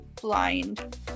blind